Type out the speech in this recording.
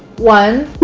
one.